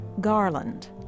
Garland